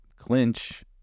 clinch